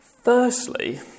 Firstly